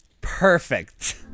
perfect